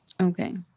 Okay